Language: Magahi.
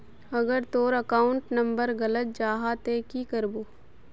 अगर तोर अकाउंट नंबर गलत जाहा ते की करबो?